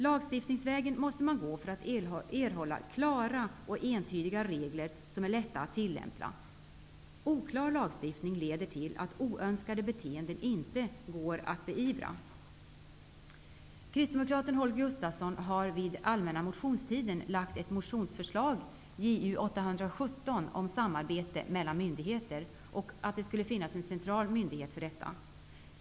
Lagstiftningsvägen måste man gå för att erhålla klara och entydiga regler, som är lätta att tillämpa. Oklar lagstiftning leder till att oönskade beteenden inte går att beivra. Kristdemokraten Holger Gustafsson har under den allmänna motionstiden väckt en motion, Ju202, med ett förslag om samarbete mellan myndigheter och att det skulle finnas en central myndighet för detta.